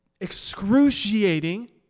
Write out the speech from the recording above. excruciating